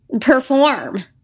Perform